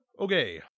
Okay